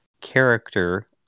character